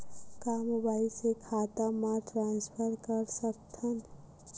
का मोबाइल से खाता म ट्रान्सफर कर सकथव?